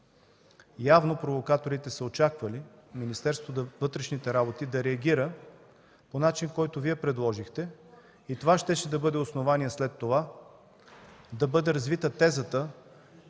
Явно провокаторите са очаквали Министерството на вътрешните работи да реагира по начин, който Вие предложихте, и това щеше да бъде основание след това да бъде развита тезата,